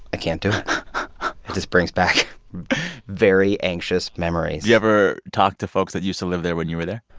i can't do it it just brings back very anxious memories do you ever talk to folks that used to live there when you were there?